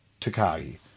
Takagi